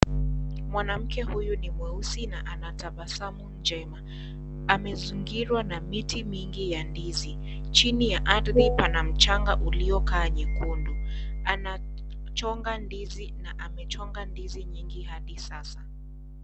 Mwanamke huyu ni mweusi na ana tabasamu njema, amezingirwa na miti mingi ya ndizi. China ya ardhi pana mchanga uliokaa nyekundu. Anachonga ndizi na amechonga ndizi nyingi hadi sasa.